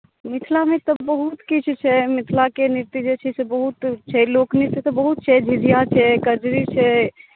मिथिलामे तऽ बहुत किछु छै मिथिलाके नृत्य जे छै से बहुत छै लोकनृत्य तऽ बहुत छै झिझिया छै कजरी छै